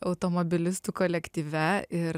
automobilistų kolektyve ir